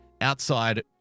outside